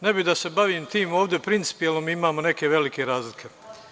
Ne bih da se bavim tim ovde, principijelno mi imamo neke velike razlike.